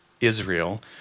Israel